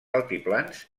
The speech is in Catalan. altiplans